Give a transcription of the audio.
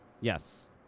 Yes